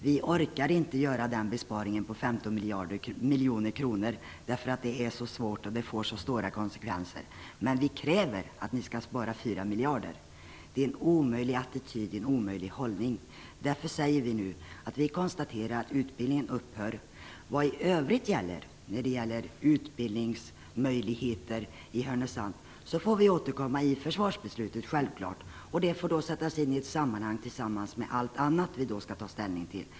Vi orkar inte göra den besparingen på 15 miljoner kronor därför att det är så svårt och får så stora konsekvenser, men vi kräver att ni skall spara 4 miljarder. Det är en omöjlig attityd. Det är en omöjlig hållning. Därför konstaterar vi nu att utbildningen upphör. Vi får självfallet återkomma till övriga utbildningsmöjligheter i Härnösand i försvarsbeslutet. Det får sättas in i ett sammanhang tillsammans med allt annat vi då skall ta ställning till.